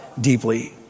deeply